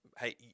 Hey